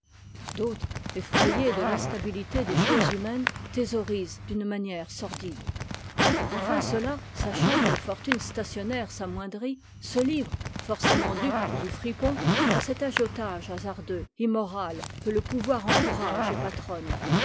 d'autres effrayés de l'instabilité des choses humaines thésaurisent d'une manière sordide enfin ceux-là sachant qu'une fortune stationnaire s'amoindrit se livrent forcément dupes ou fripons à cet agiotage hasardeux immoral que le pouvoir encourage et patronne